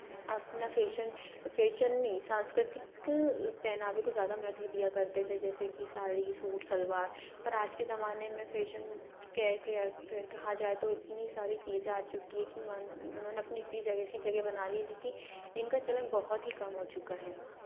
अपना fashion fashion नहीं सांस्कृतिक पहनावे को ज़्यादा महत्व दिया करते थे जैसे कि साड़ी सूट सलवार पर आज के ज़माने में फैशन क्या है कि कहा जाए तो इतनी सारी चीज़ें आ चुकी हैं कि मान उन्होंने अपनी इतनी जगह ऐसी जगह बना ली है जो कि इनका चलन बहुत ही कम हो चुका है